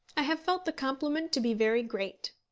i have felt the compliment to be very great.